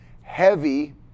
heavy